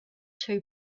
two